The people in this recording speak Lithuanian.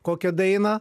kokią dainą